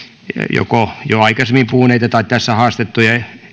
joko jo aikaisemmin puhuneita tai tässä haastettuja